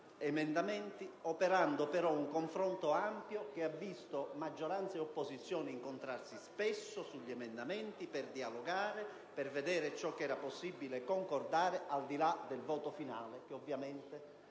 operando però un confronto ampio che ha visto maggioranza e opposizione incontrarsi spesso sugli emendamenti per dialogare e verificare possibili elementi su cui concordare, al di là del voto finale, che ovviamente